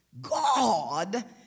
God